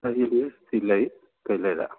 ꯁꯤꯗ ꯂꯩ ꯀꯩ ꯂꯩꯔꯦ